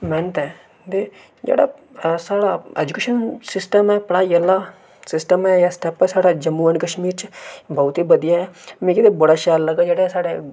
मेह्नत ऐ ते जेह्ड़ा साढ़ा ऐजूकेशन सिस्टम ऐ पढ़ाई आह्ला सिस्टम ऐ एह् स्टेप ऐ साढ़ा जम्मू एंड कश्मीर च बहुत गै बधिया ऐ मिगी ते बड़ा शैल लग्गा जेह्ड़ा साढ़ा